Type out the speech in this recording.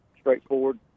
straightforward